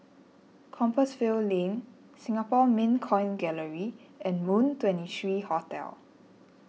Compassvale Lane Singapore Mint Coin Gallery and Moon twenty three Hotel